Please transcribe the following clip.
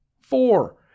Four